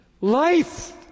life